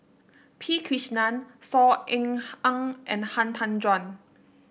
P Krishnan Saw Ean Ang and Han Tan Juan